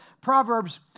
Proverbs